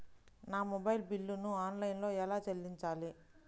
నా మొబైల్ బిల్లును ఆన్లైన్లో ఎలా చెల్లించాలి?